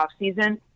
offseason